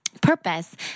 purpose